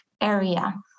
area